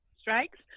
strikes